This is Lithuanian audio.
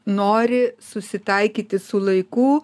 nori susitaikyti su laiku